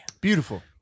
beautiful